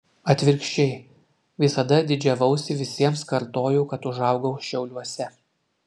atvirkščiai visada didžiavausi visiems kartojau kad užaugau šiauliuose